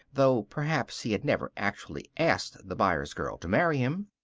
though perhaps he had never actually asked the byers girl to marry him.